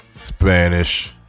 Spanish